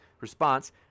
response